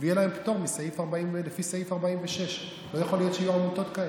ויהיה להן פטור לפי סעיף 46. לא יכול להיות שיהיו עמותות כאלה.